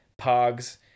Pogs